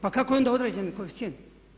Pa kako je onda određen koeficijent?